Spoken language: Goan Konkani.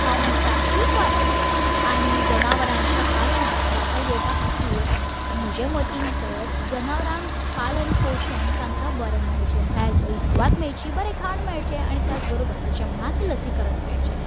हांव म्हणटां की बरें मत आनी जनावरांच्या पालनात वांटो घेवपाखातीर म्हजें मतीन तर जनावरांक पालन पोषण तांकां बरें मेळचें म्हळ्यार बरी सुवात मेळची बरें खाण मेळचें आनी त्याच बरोबक जशें म्हळां की लसीकरण मेळचें